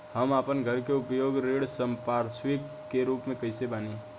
हम आपन घर के उपयोग ऋण संपार्श्विक के रूप में कइले बानी